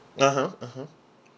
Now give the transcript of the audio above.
(uh huh) (uh huh)